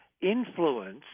influence